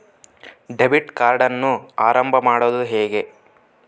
Debit ಕಾರ್ಡನ್ನು ಆರಂಭ ಮಾಡೋದು ಹೇಗೆ?